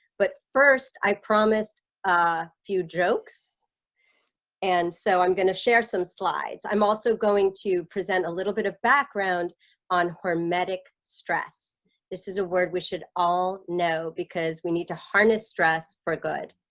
but first i promised a few jokes and so i'm going to share some slides. i'm also going to present a little bit of background on hermetic stress this is a word we should all know because we need to harness stress for good